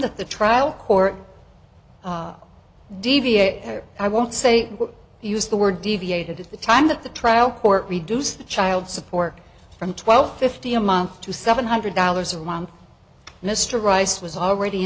that the trial court deviate i won't say used the word deviated at the time that the trial court reduced child support from twelve fifty a month to seven hundred dollars a month mr rice was already